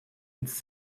its